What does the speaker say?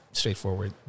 straightforward